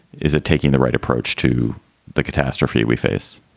is it taking the right approach to the catastrophe we face?